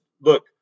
look